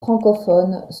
francophones